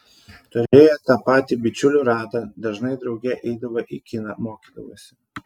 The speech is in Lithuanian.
turėjo tą patį bičiulių ratą dažnai drauge eidavo į kiną mokydavosi